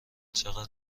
چقدر